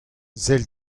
sell